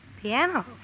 Piano